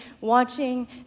watching